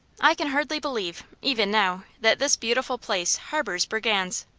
i can hardly believe, even now, that this beautiful place harbors brigands.